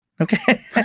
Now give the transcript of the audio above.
Okay